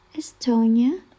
Estonia